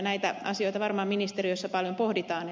näitä asioita varmaan ministeriössä paljon pohditaan